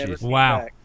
wow